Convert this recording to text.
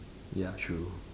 ya true